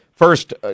First